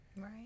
Right